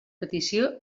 petició